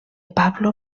pablo